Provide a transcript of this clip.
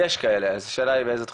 יש כאלה אז השאלה באיזה תחומים.